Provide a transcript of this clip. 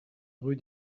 rue